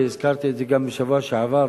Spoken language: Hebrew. והזכרתי את זה גם בשבוע שעבר,